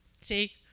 See